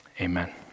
Amen